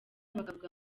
bakavuga